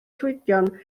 llwydion